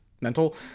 mental